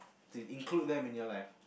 to include them in your life